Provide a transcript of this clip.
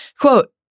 Quote